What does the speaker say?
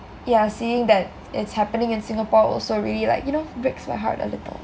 yah seeing that it's happening in singapore also really like you know breaks my heart a little